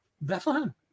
Bethlehem